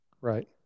Right